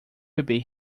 bebê